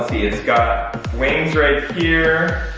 its got wings right here.